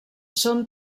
són